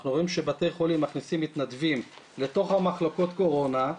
אנחנו רואים שבתי חולים מכניסים מתנדבים לתוך המחלקות קורונה,